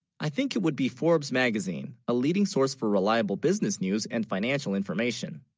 i think, it would be forbes magazine a leading source for reliable business news and financial information